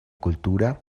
cultura